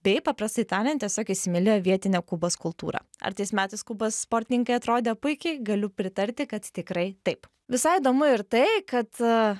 bei paprastai tariant tiesiog įsimylėjo vietinę kubos kultūrą ar tais metais klubas sportininkai atrodė puikiai galiu pritarti kad tikrai taip visai įdomu ir tai kad